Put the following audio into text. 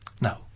Now